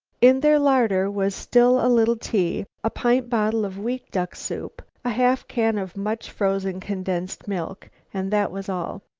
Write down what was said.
in their larder was still a little tea, a pint bottle of weak duck soup, a half-can of much frozen condensed milk and that was all.